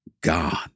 God